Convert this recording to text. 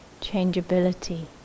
changeability